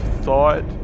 thought